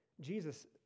Jesus